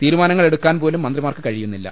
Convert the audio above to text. തീരുമാ നങ്ങളെടുക്കാൻപോലും മന്ത്രിമാർക്ക് കഴിയുന്നില്ല